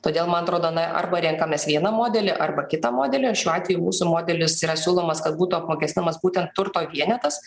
todėl man atrodo na arba renkamės vieną modelį arba kitą modelį šiuo atveju mūsų modelis yra siūlomas kad būtų apmokestinamas būtent turto vienetas